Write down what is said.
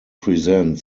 present